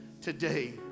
today